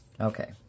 Okay